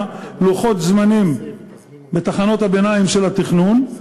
לוחות-זמנים בתחנות הביניים של התכנון,